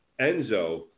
Enzo